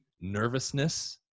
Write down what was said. nervousness